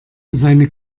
seine